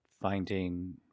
finding